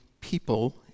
people